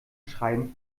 schreiben